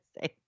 say